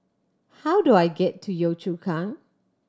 how do I get to Yio Chu Kang